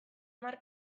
hamar